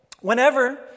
whenever